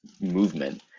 movement